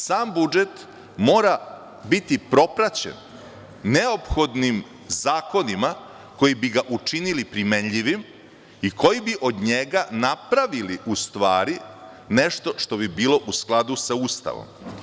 Sam budžet mora biti propraćen neophodnim zakonima koji bi ga učinili primenljivi i koji bi od njega napravili nešto što bi bilo u skladu sa Ustavom.